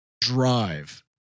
drive